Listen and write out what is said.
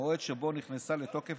המועד שבו נכנסה לתוקף